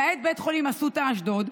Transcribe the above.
למעט בית חולים אסותא אשדוד,